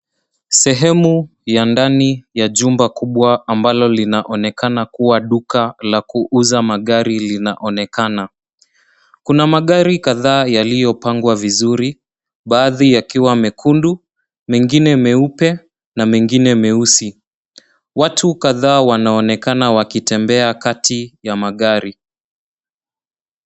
Sehemu ya ndani ya jumba kubwa ambalo linaonekana kuwa duka la kuuza magari linaonekana. Kuna magari kadhaa yaliyopangwa vizuri. Baadhi yakiwa nyekundu, mengine meupe na mengine meusi. Watu kadhaa wanaonekana wakitembea kati ya magari.